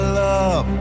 love